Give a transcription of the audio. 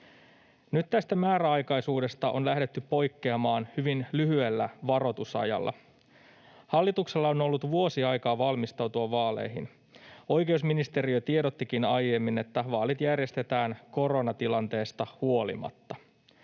Nyt tästä määräaikaisuudesta on lähdetty poikkeamaan hyvin lyhyellä varoitusajalla. Hallituksella on ollut vuosi aikaa valmistautua vaaleihin. Oikeusministeriö tiedottikin aiemmin, että vaalit järjestetään koronatilanteesta huolimatta.